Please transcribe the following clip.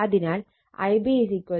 അതിനാൽ Ib 6